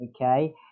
okay